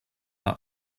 that